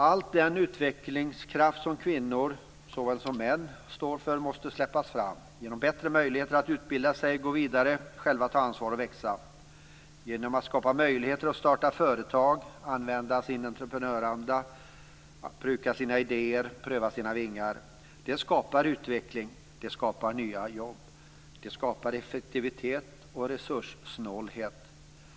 All den utvecklingskraft som kvinnor såväl som män står för måste släppas fram. Det måste ske genom att man får bättre möjligheter att utbilda sig, att gå vidare, att själv ta ansvar och att växa. Det måste också ske genom att det skapas möjligheter att starta företag, att använda sin entreprenörsanda, att bruka sina idéer och att pröva sina vingar. Det skapar utveckling. Det skapar nya jobb. Det skapar effektivitet och resurssnålhet.